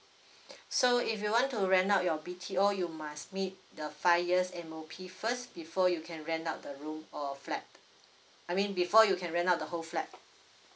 so if you want to rent out your B_T_O you must meet the five years M_O_P first before you can rent out the room or flat I mean before you can rent out the whole flat